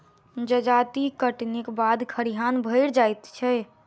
जजाति कटनीक बाद खरिहान भरि जाइत छै